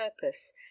purpose